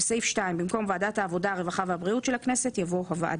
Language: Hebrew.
התשע"א-2011 - למניעת אלימות במוסדות למתן טיפול בהגדרה "השר"